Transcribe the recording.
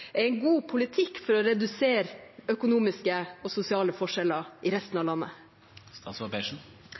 er en god politikk for å redusere økonomiske og sosiale forskjeller i resten av landet.